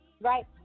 right